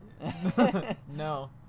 No